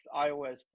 iOS